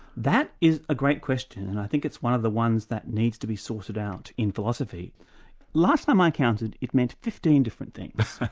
that is a great question, and i think it's one of the ones that needs to be sorted out in philosophy. the last time i counted, it meant fifteen different things,